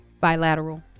Bilateral